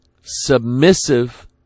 submissive